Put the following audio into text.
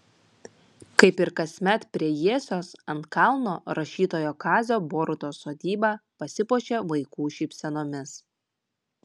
kaip ir kasmet prie jiesios ant kalno rašytojo kazio borutos sodyba pasipuošė vaikų šypsenomis